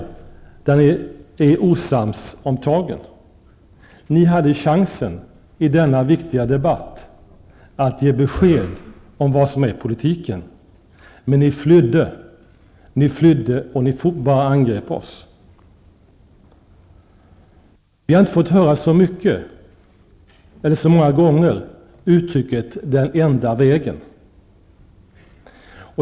Det gäller frågor där ni är osams om tagen. Ni hade chansen att i denna viktiga debatt ge besked om vad som är er politik, men ni flydde och angrep oss. Vi har inte så många gånger fått höra uttrycket den enda vägen.